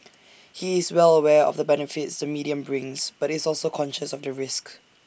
he is well aware of the benefits the medium brings but is also conscious of the risks